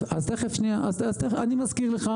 אני מזכיר לך,